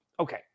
Okay